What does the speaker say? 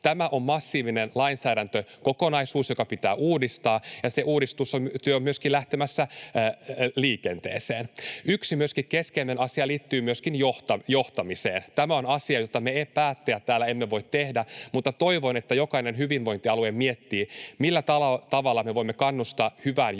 Tämä on massiivinen lainsäädäntökokonaisuus, joka pitää uudistaa, ja se uudistustyö on myös lähtemässä liikenteeseen. Yksi keskeinen asia liittyy myös johtamiseen. Tämä on asia, jota me päättäjät täällä emme voi tehdä, mutta toivon, että jokainen hyvinvointialue miettii, millä tavalla me voimme kannustaa hyvään johtamiseen